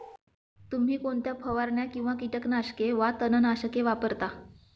तुम्ही कोणत्या फवारण्या किंवा कीटकनाशके वा तणनाशके वापरता?